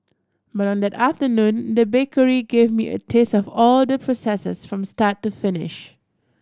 but on that afternoon the bakery gave me a taste of all the processes from start to finish